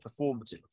performative